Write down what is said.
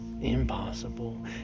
impossible